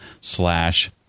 slash